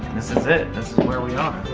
this is it. this is where we are.